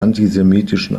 antisemitischen